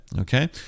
okay